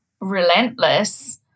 relentless